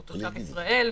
שהוא תושב ישראל,